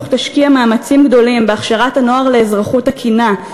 תשקיע מאמצים גדולים בהכשרת הנוער לאזרחות תקינה,